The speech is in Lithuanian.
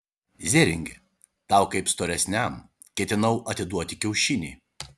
zėringi tau kaip storesniam ketinau atiduoti kiaušinį